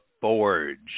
forge